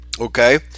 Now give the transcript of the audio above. okay